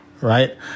right